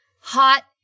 Hot